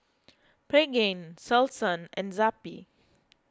Pregain Selsun and Zappy